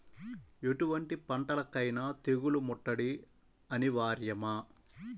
ఎటువంటి పంటలకైన తెగులు ముట్టడి అనివార్యమా?